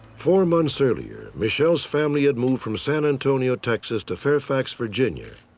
four months earlier, michele's family had moved from san antonio, texas to fairfax, virginia.